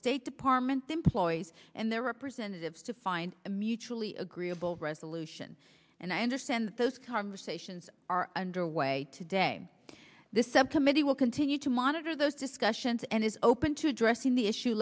state department employees and their representatives to find a mutually agreeable resolution and i understand those conversations are underway today this subcommittee will continue to monitor those discussions and is open to addressing the issue